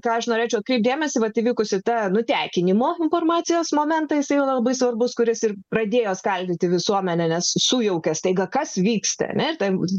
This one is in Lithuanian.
ką aš norėčiau atkreipt dėmesį vat įvykusi tą nutekinimo informacijos momentais labai svarbus kuris ir pradėjo skaldyti visuomenę nes sujaukia staiga kas vyksta ane